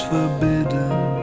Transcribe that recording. Forbidden